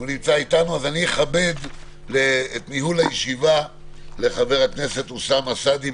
אני אכבד בניהול הישיבה את חבר הכנסת אוסאמה סעדי,